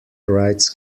rights